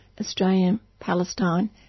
Australian-Palestine